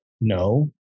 No